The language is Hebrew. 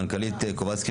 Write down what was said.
מנכ"לית קובלסקי,